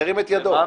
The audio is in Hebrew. למה?